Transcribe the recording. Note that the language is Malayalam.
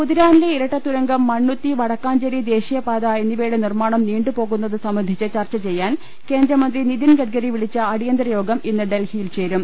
കുതിരാനിലെ ഇരട്ട തുരങ്കം മണ്ണൂത്തി വടക്കാഞ്ചേരി ദേശീയ പാത എന്നിവയുടെ നിർമാണം നീണ്ടുപോകുന്നത് സംബന്ധിച്ച് ചർച്ച ചെയ്യാൻ കേന്ദ്രമന്ത്രി നിതിൻഗഡ്ഗരി വിളിച്ച അടിയന്തര യോഗം ഇന്ന് ഡൽഹിയിൽ ചേരും